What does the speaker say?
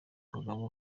kagabo